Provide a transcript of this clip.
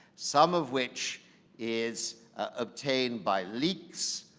some of which is obtained by leaks,